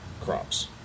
crops